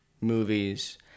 movies